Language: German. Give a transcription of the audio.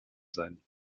sein